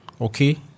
Okay